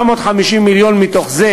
750 מיליון מתוך זה,